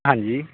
ਹਾਂਜੀ